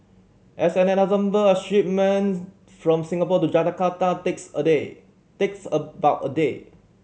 as an example a shipment from Singapore to Jakarta takes a day takes about a day